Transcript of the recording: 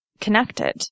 connected